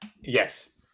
Yes